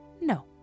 No